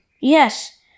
Yes